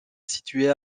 situées